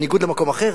בניגוד למקום אחר,